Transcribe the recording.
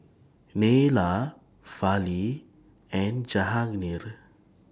Neila Fali and Jahangir